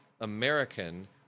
American